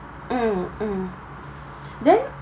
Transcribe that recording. mm mm then